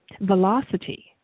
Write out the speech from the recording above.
velocity